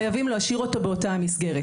חייבים להשאיר אותה באותה המסגרת.